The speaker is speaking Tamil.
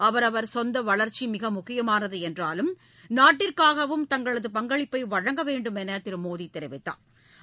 அவரவா் சொந்த வளா்ச்சி மிக முக்கியமானது என்றாலும் நாட்டிற்காகவும் தங்களது பங்களிப்பை வழங்கவேண்டும் என திரு மோடி தெரிவித்தாா்